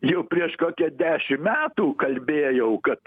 jau prieš kokią dešim metų kalbėjau kad